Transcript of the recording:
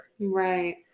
Right